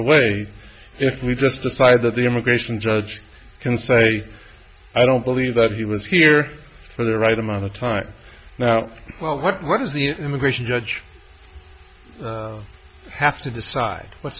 away if we just decide that the immigration judge can say i don't believe that he was here for the right amount of time now well what was the immigration judge have to decide what